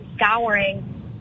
scouring